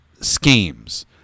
schemes